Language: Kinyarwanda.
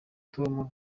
tom